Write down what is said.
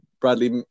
Bradley